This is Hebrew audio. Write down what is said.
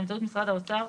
באמצעות משרד האוצר,